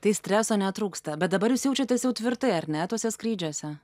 tai streso netrūksta bet dabar jūs jaučiatės jau tvirtai ar ne tuose skrydžiuose